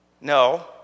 no